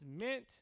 meant